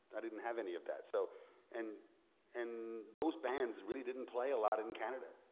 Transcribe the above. i didn't have any of that, so and and those bands really didn't play a lot in canada.